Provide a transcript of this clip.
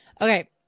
Okay